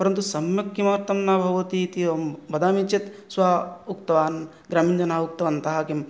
परन्तु सम्यक् किमर्थं न भवति इति एवं वदामि चेत् स उक्तवान् ग्रामीणजना उक्तवन्त किं